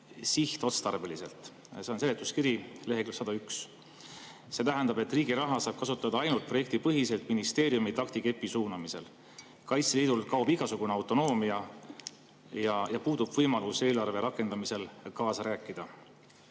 sihtotstarbeliselt. See on seletuskirjas leheküljel 101. See tähendab, et riigi raha saab kasutada ainult projektipõhiselt ministeeriumi taktikepi suunamisel. Kaitseliidul kaob igasugune autonoomia ja puudub võimalus eelarve rakendamisel kaasa rääkida.